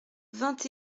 vingt